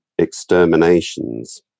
exterminations